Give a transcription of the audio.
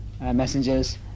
messengers